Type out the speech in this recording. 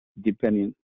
depending